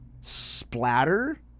splatter